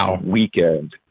weekend